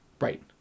right